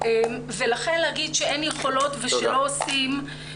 לכן לומר שאין יחידות ושלא עושים, זה לא כך.